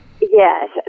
Yes